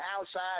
outside